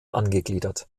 angegliedert